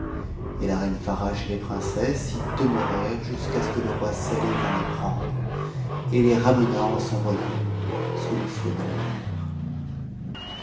et a reine farasche et les princesses y demeurèrent jusqu'à ce que le roi satoh vint les prendre et les remena en son royaume sous les flots de ta mer